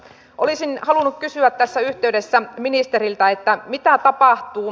olisin halunnut kysyä tässä yhteydessä ministeriltä mitä tapahtuu